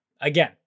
Again